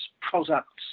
products